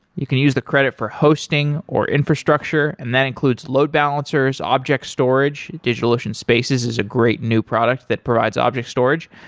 you can use the credit for hosting, or infrastructure, and that includes load balancers, object storage. digitalocean spaces is a great new product that provides object storage,